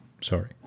Sorry